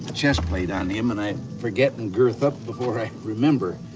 chest plate on him, and i forget and girth up before i remember